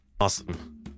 Awesome